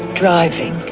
driving